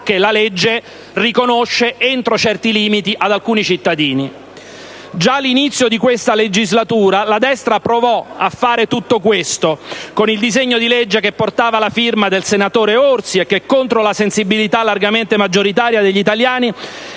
che la legge riconosce, entro certi limiti, ad alcuni cittadini. Già all'inizio di questa legislatura la destra provò a fare tutto questo con il disegno di legge che portava la firma del senatore Orsi e che, contro la sensibilità largamente maggioritaria degli italiani,